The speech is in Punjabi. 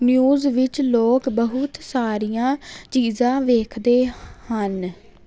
ਨਿਊਜ਼ ਵਿੱਚ ਲੋਕ ਬਹੁਤ ਸਾਰੀਆਂ ਚੀਜ਼ਾਂ ਵੇਖਦੇ ਹਨ